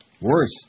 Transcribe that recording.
Worse